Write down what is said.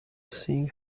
thing